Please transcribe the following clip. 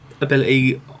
ability